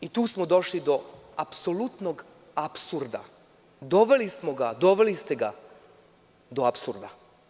I tu smo došli do apsolutnog apsurda, doveli ste ga do apsurda.